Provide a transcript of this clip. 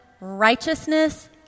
Righteousness